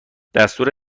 دستور